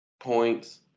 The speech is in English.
points